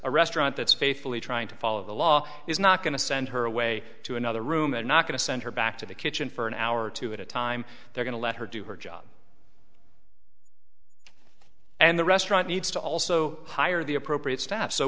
a restaurant that's faithfully trying to follow the law is not going to send her away to another room and not going to send her back to the kitchen for an hour or two at a time they're going to let her do her job and the restaurant needs to also hire the appropriate st